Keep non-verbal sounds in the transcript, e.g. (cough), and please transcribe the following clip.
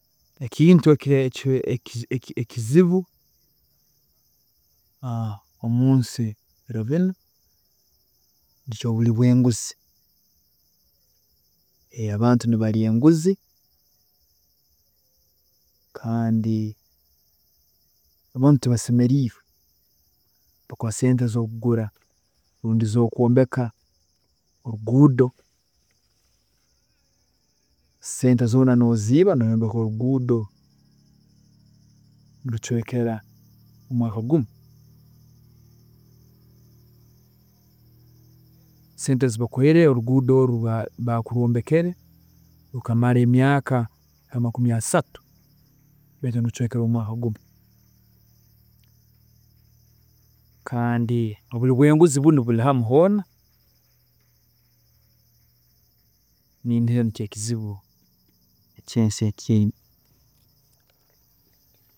﻿Ekintu eki- ekizibu (hesitation) omunsi biro binu nekyoburi bwenguzi, abantu nibarya enguzi kandi abantu tibasemereirwe, nibakuha sente zokugura rundi zokwombeka oruguudo, sente zoona noziiba noyombeka oruguudo nirucweekera mumwaaka gumu, sente ezibakuhaire oruguudo oru- oru baakurwombekere rukamara emyaaka nka makumi asatu, baitu nirucweekera omwaaka gumu kandi oburi bwenguzi bunu buri hamu hoona, niinihira nikyo ekizibu eki ensi eyina.